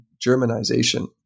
Germanization